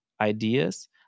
ideas